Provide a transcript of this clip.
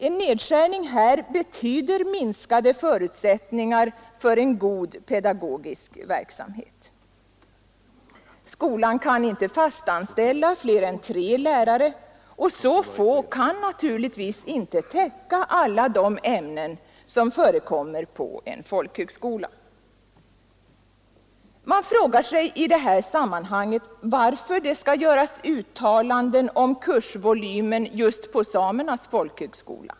En nedskärning här betyder minskade förutsättningar för en god pedagogisk verksamhet. Skolan kan inte fast anställa fler än tre lärare, och så få lärare kan naturligtvis inte täcka alla de ämnen som förekommer på en folkhögskola. Man frågar sig i det här sammanhanget varför det skall göras uttalanden om kursvolymen just på Samernas folkhögskola.